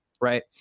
right